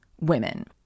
women